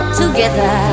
together